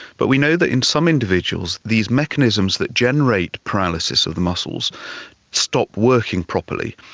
but we know that in some individuals these mechanisms that generate paralysis of the muscles stop working properly,